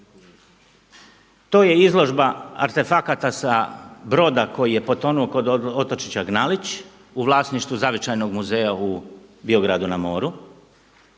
To je izložba artefakata sa broda koji je potonuo kod otočića Gnalić u vlasništvu zavičajnog muzeja u Biogradu na moru